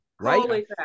right